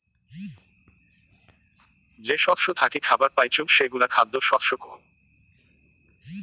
যে শস্য থাকি খাবার পাইচুঙ সেগুলা খ্যাদ্য শস্য কহু